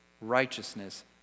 righteousness